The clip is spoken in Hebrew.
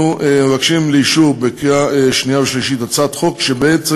אנחנו מגישים לאישור בקריאה שנייה ושלישית הצעת חוק שבעצם